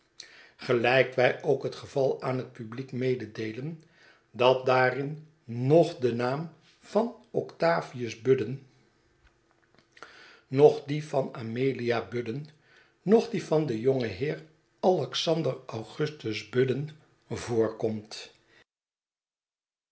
gelijk wij ook het geval aan het publiek mededeelen dat daarin noch de naam van octavius budden noch die van amelia budden noch die van den jongen heer alexander augustus budden voorkomt